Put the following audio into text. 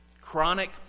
Chronic